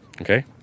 Okay